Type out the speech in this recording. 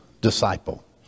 disciple